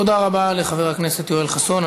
תודה רבה לחבר הכנסת יואל חסון.